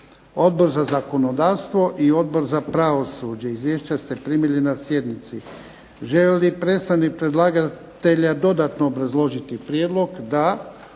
Odbor za zakonodavstvo i Odbor za pravosuđe. Izvješća ste primili na sjednici. Želi li predstavnik predlagatelja dodatno obrazložiti prijedlog? Da.